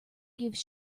gives